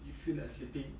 you feel like sleeping